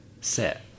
set